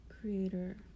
creator